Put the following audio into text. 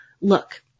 look